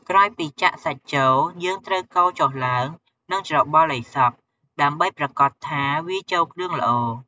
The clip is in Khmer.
ក្រោយពីចាក់សាច់ចូល យើងត្រូវកូរចុះឡើង និងច្របល់ឱ្យសព្វ ដើម្បីប្រាកដថាវាចូលគ្រឿងល្អ។